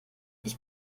ich